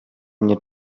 mnie